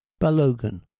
Balogan